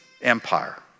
empire